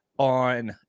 On